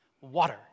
Water